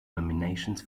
nominations